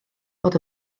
bod